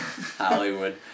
Hollywood